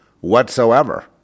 whatsoever